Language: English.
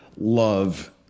love